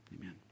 Amen